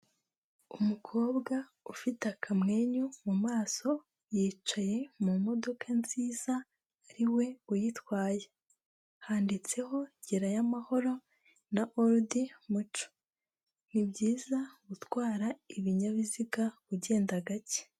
Umukobwa ufite akamwenyu mu maso, yicaye mu modoka nziza, ari we uyitwaye. Handitseho gerayo amahoro na orudi muco. Ni byiza gutwara ibinyabiziga ugenda gake.